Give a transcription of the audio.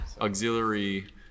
Auxiliary